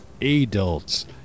adults